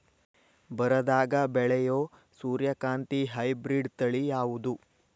ಬರದಾಗ ಬೆಳೆಯೋ ಸೂರ್ಯಕಾಂತಿ ಹೈಬ್ರಿಡ್ ತಳಿ ಯಾವುದು?